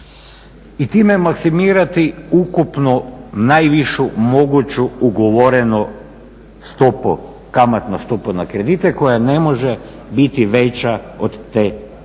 i time maksimirati ukupno najvišu moguću ugovorenu stopu, kamatnu stopu na kredite koja ne može biti veća od te zatezne.